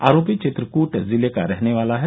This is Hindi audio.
आरोपी चित्रकूट जिले का रहने वाला है